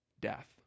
death